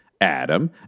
Adam